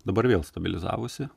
dabar vėl stabilizavosi